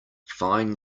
fine